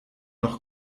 doch